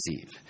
Eve